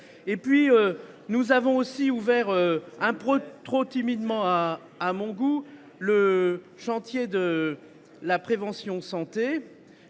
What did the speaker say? Nous avons aussi ouvert, trop timidement à mon goût, le chantier de la prévention en santé